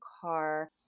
car